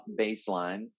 baseline